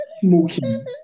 smoking